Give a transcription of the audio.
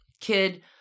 kid